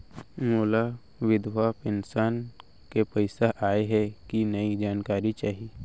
मोला विधवा पेंशन के पइसा आय हे कि नई जानकारी चाही?